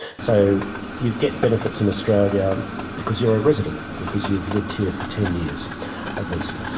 so you get benefits in australia because you're a resident, because you've lived here for ten years at least.